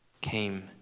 came